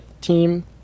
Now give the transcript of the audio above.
team